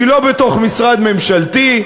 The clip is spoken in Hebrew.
היא לא בתוך משרד ממשלתי.